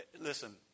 listen